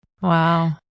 Wow